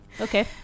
Okay